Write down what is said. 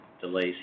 delays